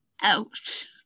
Ouch